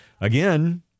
Again